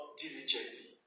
diligently